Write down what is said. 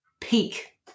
peak